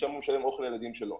ומשם הוא משלם אוכל לילדים שלו.